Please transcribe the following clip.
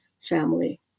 family